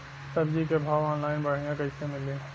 सब्जी के भाव ऑनलाइन बढ़ियां कइसे मिली?